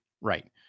Right